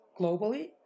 globally